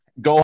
Go